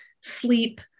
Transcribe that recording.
sleep